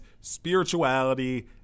spirituality